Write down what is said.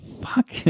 Fuck